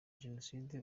jenoside